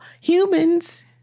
humans